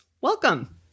Welcome